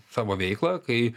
savo veiklą kai